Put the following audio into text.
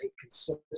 consistent